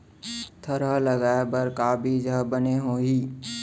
थरहा लगाए बर का बीज हा बने होही?